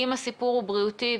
אם הסיפור הוא בריאותי,